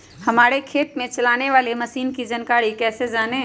हमारे खेत में चलाने वाली मशीन की जानकारी कैसे जाने?